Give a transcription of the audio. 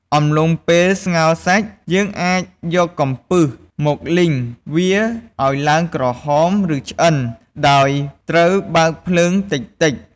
អំឡុងពេលស្ងោរសាច់ យើងអាចយកកំពឹស មកលីងវាឱ្យឡើងក្រហមឬឆ្អិន ដោយត្រូវបើកភ្លើងតិចៗ។